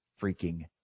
freaking